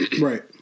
Right